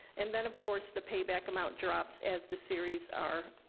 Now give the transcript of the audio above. and then of course the payback amount drops as the series are,